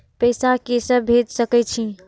पैसा के से भेज सके छी?